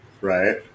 Right